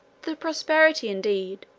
the prosperity, indeed,